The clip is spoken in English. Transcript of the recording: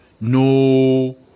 no